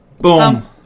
Boom